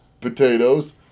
potatoes